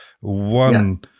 One